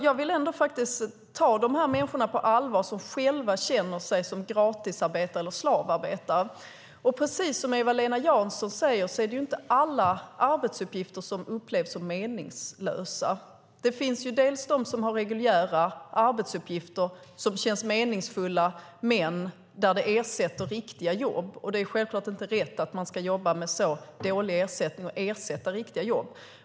Jag vill ta dessa människor på allvar som själva känner sig som gratisarbetare eller slavarbetare. Precis som Eva-Lena Jansson säger är det inte alla arbetsuppgifter som upplevs som meningslösa. Det finns de som har reguljära arbetsuppgifter som känns meningsfulla men som ersätter riktiga jobb. Det är självklart inte rätt att man ska jobba med så dålig ersättning och ersätta riktiga jobb.